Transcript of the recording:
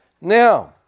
Now